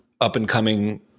up-and-coming